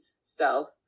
self